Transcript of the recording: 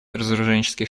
разоруженческих